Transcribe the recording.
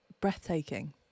breathtaking